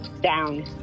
down